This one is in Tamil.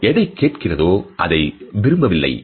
அவர் எதைக் கேட்கிறதோ அதை விரும்பவில்லை